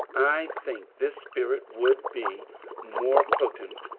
i think this spirit would be more po tent.